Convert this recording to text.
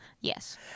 Yes